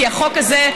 כי החוק הזה,